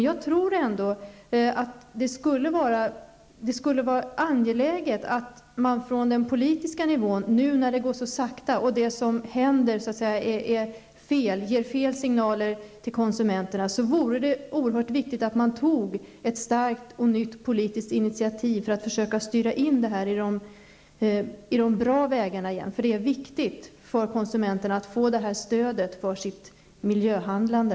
Jag tror ändå att det skulle vara angeläget att man tog ett starkt och nytt politiskt initiativ, nu när arbetet går så sakta och det som händer ger fel signaler till konsumenterna, för att försöka att åter styra in arbetet på de vägar som är bra. Det är viktigt för konsumenterna att få detta stöd för sitt miljöhandlande.